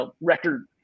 record